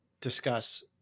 discuss